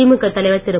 திமுக தலைவர் திரு